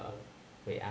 um wait ah